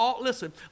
Listen